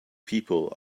people